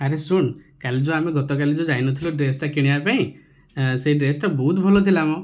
ଆରେ ଶୁଣ କାଲି ଯେଉଁ ଆମେ ଗତ କାଲି ଯେଉଁ ଯାଇ ନଥିଲୁ ଡ୍ରେସଟା କିଣିବା ପାଇଁ ସେଇ ଡ୍ରେସଟା ବହୁତ ଭଲ ଥିଲା